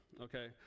okay